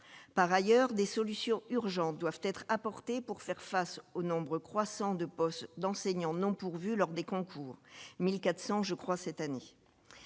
par ailleurs des solutions urgentes doivent être apportées pour faire face au nombre croissant de postes d'enseignants non pourvus lors des concours 1400 je crois cette année,